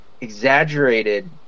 Exaggerated